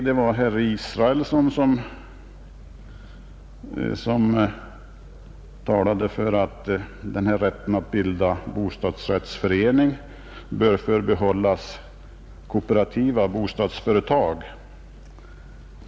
Herr Israelsson talade för att rätten att bilda bostadsrättsförening bör förbehållas kooperativa bostadsföretag.